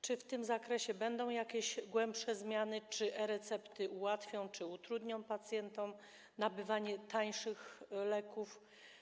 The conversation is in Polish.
Czy w tym zakresie będą jakieś głębsze zmiany, czy e-recepty ułatwią, czy utrudnią pacjentom nabywanie tańszych leków?